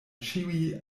ĉiuj